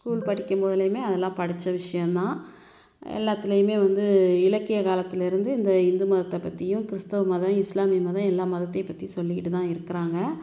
school படிக்கும் போதுலேயுமே அதெல்லாம் படித்த விஷயந்தான் எல்லாத்துலேயுமே வந்து இலக்கிய காலத்தில் இருந்து இந்த இந்து மதத்தை பற்றியும் கிறிஸ்துவ மதம் இஸ்லாமிய மதம் எல்லா மதத்தையும் பற்றி சொல்லிக்கிட்டு தான் இருக்கிறாங்க